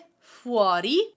fuori